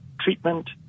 Treatment